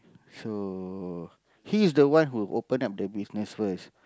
so he is the one who open up the business first